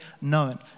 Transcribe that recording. known